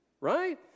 right